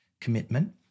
commitment